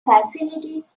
facilities